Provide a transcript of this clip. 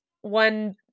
one